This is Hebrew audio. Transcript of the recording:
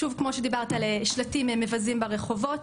כמו שדיברת על שלטים מבזים ברחובות,